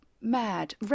Mad